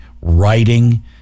writing